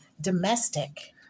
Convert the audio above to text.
Domestic